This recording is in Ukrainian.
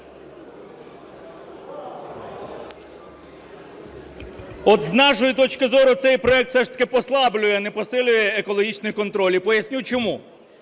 От з нашої точки зору цей проект все ж таки послаблює, а не посилює екологічний контроль, і поясню чому.